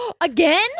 again